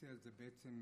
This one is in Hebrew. האצ"ל הוא בעצם,